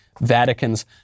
Vatican's